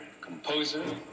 composer